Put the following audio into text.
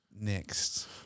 next